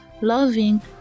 loving